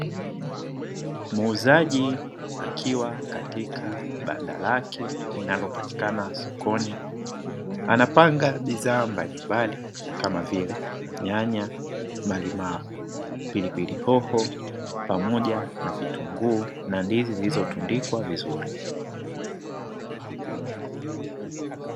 Muuzaji akiwa katika banda lake linalopatikana sokoni anapanga bidhaa mbalimbali kama vile nyanya, malimao, pilipili hoho pamoja na vitunguu na ndizi zilizotundikwa vizuri.